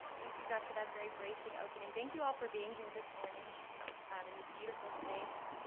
thank you, josh, for that very bracing opening. thank you all for being here this morning um in this beautiful space.